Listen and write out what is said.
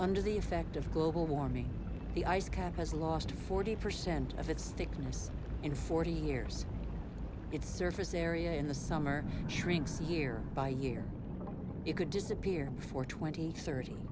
under the effect of global warming the ice cap has lost forty percent of its thickness in forty years its surface area in the summer shrinks year by year you could disappear for twenty thirty